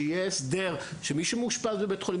שיהיה הסדר שבן משפחה צריך להיות ליד מי שמאושפז בבית חולים.